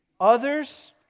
others